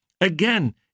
Again